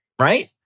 right